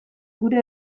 gure